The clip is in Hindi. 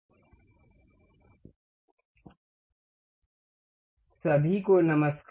असेंबली ड्राइंग सभी को नमस्कार